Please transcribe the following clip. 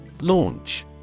Launch